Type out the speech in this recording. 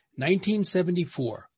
1974